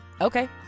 Okay